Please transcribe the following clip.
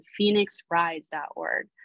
phoenixrise.org